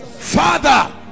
Father